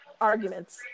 arguments